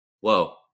Whoa